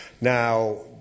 Now